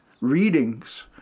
readings